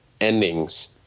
endings